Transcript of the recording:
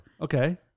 Okay